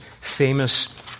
famous